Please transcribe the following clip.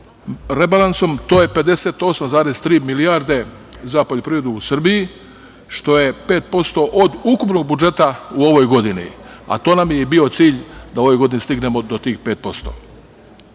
rebalansom, to je 58,3 milijarde za poljoprivredu u Srbiji, što je 5% od ukupnog budžeta u ovoj godini, a to nam je i bio cilj, da ove godine stignemo do tih 5%.U